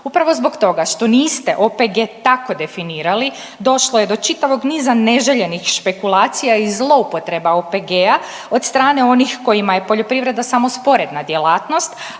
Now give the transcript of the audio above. Upravo zbog toga što niste OPG tako definirali došlo je do čitavog niza neželjenih špekulacija i zloupotreba OPG od strane onih kojima je poljoprivreda samo sporedna djelatnost,